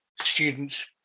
students